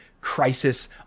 Crisis